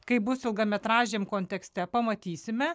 kaip bus ilgametražiam kontekste pamatysime